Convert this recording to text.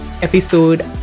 episode